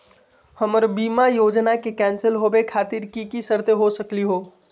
हमर बीमा योजना के कैन्सल होवे खातिर कि कि शर्त हो सकली हो?